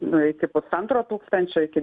nu iki pusantro tūkstančio iki